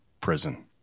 prison